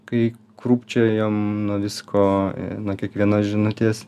kai krūpčiojom nuo visko nuo kiekvienos žinutės